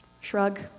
Shrug